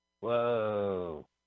Whoa